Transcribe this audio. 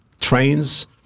trains